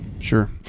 Sure